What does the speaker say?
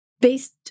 Based